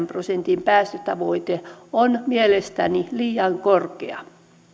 prosentin päästötavoite on liian korkea